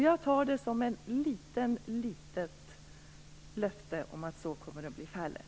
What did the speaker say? Jag tar det som sagts som ett litet löfte om att så kommer att bli fallet.